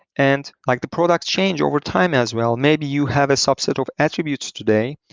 and like the products change overtime as well. maybe you have a subset of attributes today,